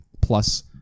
plus